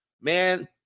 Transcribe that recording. man